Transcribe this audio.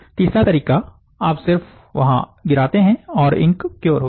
तीसरा तरीका आप सिर्फ वहां गिराते है और इंक क्योर होती है